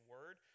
Word